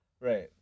Right